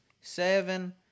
Seven